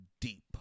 deep